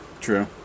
true